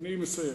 אני מסיים.